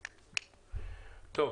טוב.